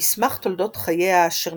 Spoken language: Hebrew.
במסמך תולדות חייה אשר